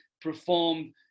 perform